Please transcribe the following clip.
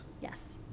Yes